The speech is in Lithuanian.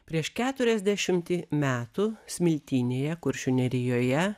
prieš keturiasdešimtį metų smiltynėje kuršių nerijoje